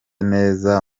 neza